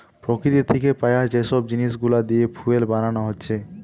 প্রকৃতি থিকে পায়া যে সব জিনিস গুলা দিয়ে ফুয়েল বানানা হচ্ছে